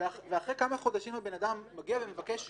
ואחרי כמה חודשים הבן אדם מגיע ומבקש שוב.